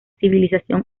civilización